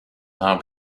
now